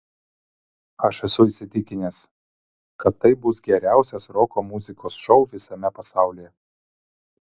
aš esu įsitikinęs kad tai bus geriausias roko muzikos šou visame pasaulyje